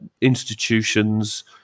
institutions